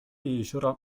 jeziora